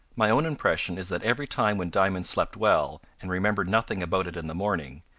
my own impression is that every time when diamond slept well and remembered nothing about it in the morning,